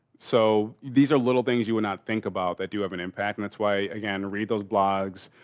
so, these are little things you would not think about that do have an impact. and that's why, again, read those blogs,